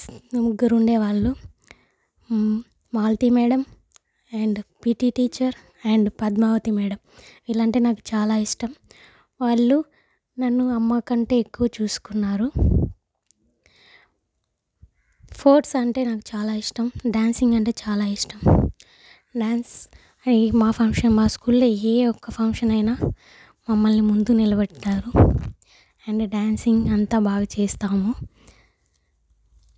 నాకు favourite teachers ముగ్గురు ఉండేవాళ్ళు Malathi madam and PT teacher and Padmavathi madam వీళ్లు అంటే నాకు చాలా ఇష్టం వాళ్లు నన్ను అమ్మకంటే ఎక్కువ చూసుకున్నారు స్పోర్ట్స్ అంటే నాకు చాలా ఇష్టం డ్యాన్సింగ్ అంటే చాలా ఇష్టం డ్యాన్స్ అయ్యి మా ఫంక్షన్ మా స్కూల్లో ఫంక్షన్ ఏ ఒక్క ఫంక్షన్ అయినా మమ్మల్ని ముందు నిలబెడతారు అండ్ డ్యాన్సింగ్ అంతా బాగా చేస్తాము